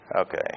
Okay